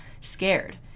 scared